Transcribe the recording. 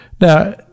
Now